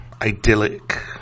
idyllic